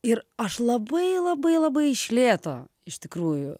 ir aš labai labai labai iš lėto iš tikrųjų